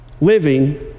living